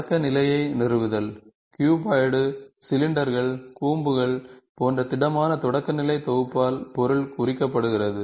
தொடக்க நிலையை நிறுவுதல் க்யூபாய்டு சிலிண்டர்கள் கூம்புகள் போன்ற திடமான தொடக்க நிலை தொகுப்பால் பொருள் குறிக்கப்படுகிறது